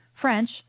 French